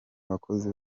abakozi